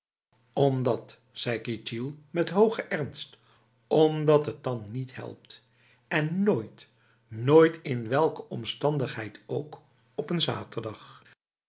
zei ketjil met hoge ernst omdat het dan niet helpt en nooit nooit in welke omstandigheid ook op een zaterdag